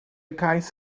cais